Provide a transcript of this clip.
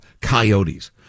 coyotes